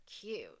cute